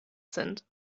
sind